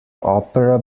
opera